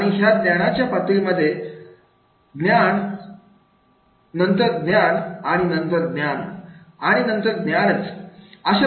आणि ह्या ज्ञानाच्या पातळी म्हणजेच ज्ञान एक ज्ञान दोन ज्ञान 3 ज्ञान चार आणि ज्ञान 5